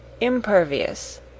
impervious